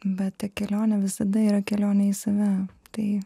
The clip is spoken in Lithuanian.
bet ta kelionė visada yra kelionė į save tai